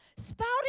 spouting